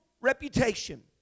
reputation